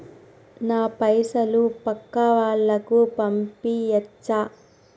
నా పైసలు పక్కా వాళ్ళకు పంపియాచ్చా?